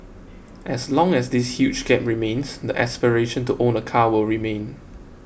as long as this huge gap remains the aspiration to own a car will remain